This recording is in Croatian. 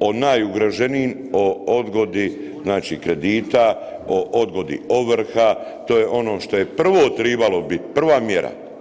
o najugroženijim, o odgodi znači kredita, o odgodi ovrha, to je ono što je prvo tribalo bit, prva mjera.